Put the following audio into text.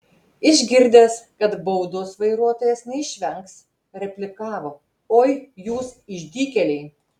išgirdęs kad baudos vairuotojas neišvengs replikavo oi jūs išdykėliai